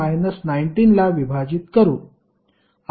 60210 19 ला विभाजित करु